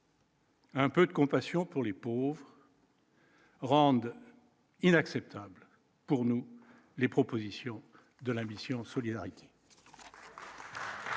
Un peu de compassion pour les pauvres. Rendent inacceptable pour nous, les propositions de la mission Solidarité.